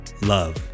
love